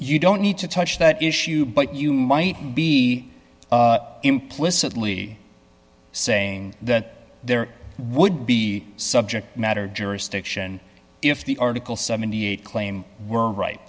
you don't need to touch that issue but you might be implicitly saying that there would be subject matter jurisdiction if the article seventy eight dollars claim were right